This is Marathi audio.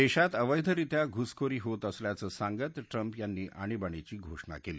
देशात अवैधरित्या घुसखोरी होत असल्याचं सांगत ट्रम्प यांनी आणीबाणीची घोषणा केली